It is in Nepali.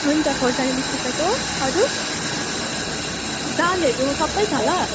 हुन्छ खोर्सानी बिस रुपियाँको अरू दालहरू सबै छ ल